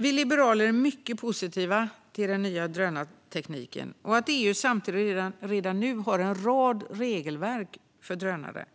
Vi liberaler är mycket positiva till den nya drönartekniken och att EU samtidigt redan nu har en rad regelverk för drönare,